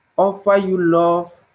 offer you love.